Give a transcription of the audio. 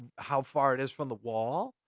how far it is from the wall.